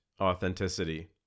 authenticity